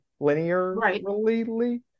Linearly